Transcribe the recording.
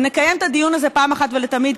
ונקיים את הדיון הזה אחת ולתמיד,